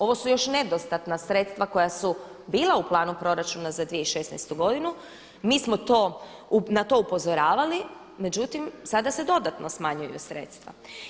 Ovo su još nedostatna sredstva koja su bila u planu proračuna za 2016., mi smo na to upozoravali, međutim sada se dodatno smanjuju sredstva.